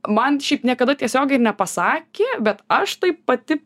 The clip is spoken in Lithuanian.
man šiaip niekada tiesiogiai ir nepasakė bet aš taip pati